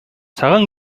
цагаан